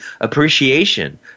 appreciation